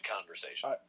conversation